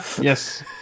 yes